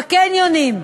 בקניונים.